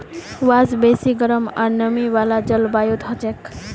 बांस बेसी गरम आर नमी वाला जलवायुत हछेक